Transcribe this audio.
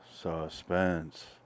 suspense